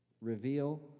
reveal